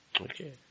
Okay